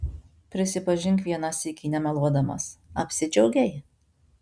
prisipažink vieną sykį nemeluodamas apsidžiaugei